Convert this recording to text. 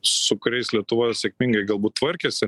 su kuriais lietuvoje sėkmingai galbūt tvarkėsi